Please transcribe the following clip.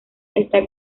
está